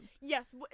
yes